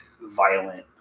violent